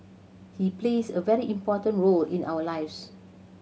he plays a very important role in our lives